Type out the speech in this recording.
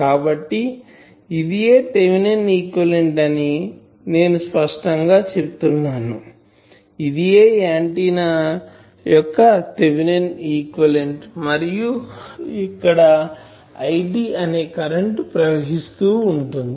కాబట్టి ఇదియే Thevenin equivalent Thevenin's equivalent అని నేను స్పష్టం గా చెప్తున్నాను ఇదియే ఆంటిన్నా యొక్క థేవినన్ ఈక్వివలెంట్ మరియు ఇక్కడ IT అనే కరెంటు ప్రవహిస్తూవుంది